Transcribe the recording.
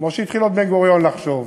כמו שהתחיל עוד בן-גוריון לחשוב,